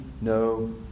no